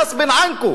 "ראס בין ענכום",